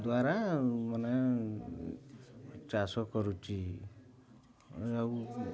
ଦ୍ୱାରା ମାନେ ଚାଷ କରୁଛି ଆଉ